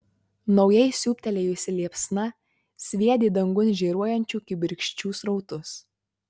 naujai siūbtelėjusi liepsna sviedė dangun žėruojančių kibirkščių srautus